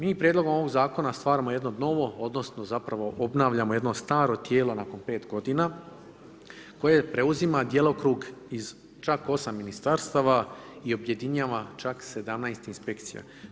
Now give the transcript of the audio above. Mi prijedlogom ovog Zakona stvarano jedno novo, odnosno zapravo obnavljamo jedno staro tijelo nakon pet godina koje preuzima djelokrug iz čak osam ministarstva i objedinjava čak 17 inspekcija.